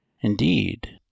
Indeed